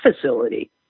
facility